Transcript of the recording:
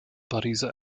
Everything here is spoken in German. pariser